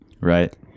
Right